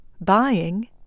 buying